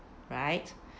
right